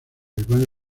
iván